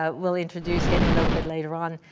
ah we'll introduce him a little bit later on.